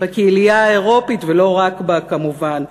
בקהילייה האירופית, ולא רק בה כמובן.